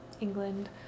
England